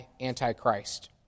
Antichrist